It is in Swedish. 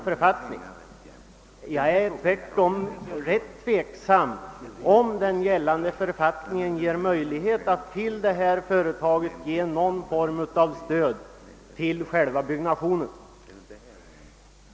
Tvärtom är jag ganska tveksam om huruvida den gällande författningen ger möjlighet att till detta företag i någon form lämna bidrag till själva byggnationen.